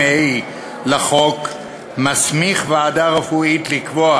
לחוק מסמיך ועדה רפואית לקבוע